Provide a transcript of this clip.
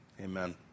Amen